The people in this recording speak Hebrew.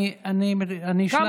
אני אשלח לך.